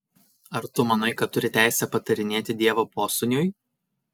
ar tu manai kad turi teisę patarinėti dievo posūniui